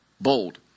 bold